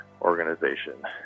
organization